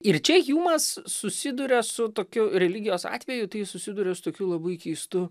ir čia hjumas susiduria su tokiu religijos atveju tai susiduria su tokiu labai keistu